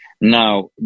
Now